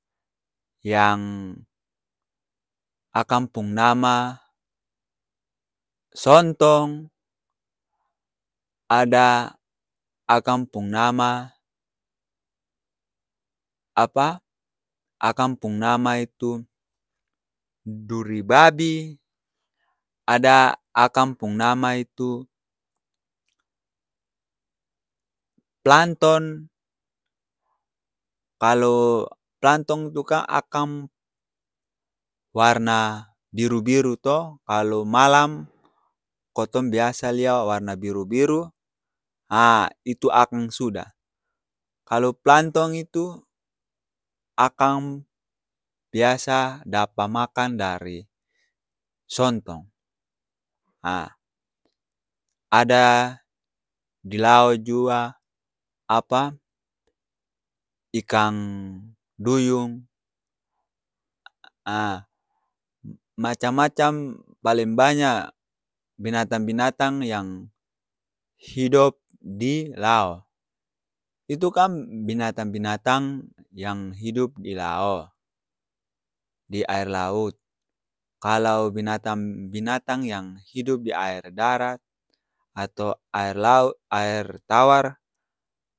Yang akang pung nama sontong, ada akang pung nama, apa, akang pung nama itu duri babi, ada akang pung nama itu planktong. Kalo planktong tu kang akang warna biru-biru to, kalo malam kotong biasa lia warna biru-biru, ha itu akang sudah. Kalo planktong itu akang biasa dapa makang dari sontong. Ha ada di lao jua apa, ikang duyung. A macam-macam paleng banya binatang-binatang yang hidop di lao. Itu kan binatang-binatang yang hidup di lao, di aer laut, kalau binatang-binatang yang hidup di aer darat atau aer lao, aer tawar,